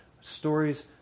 Stories